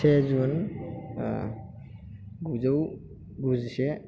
से जुन गुजौ गुजिसे